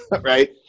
right